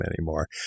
anymore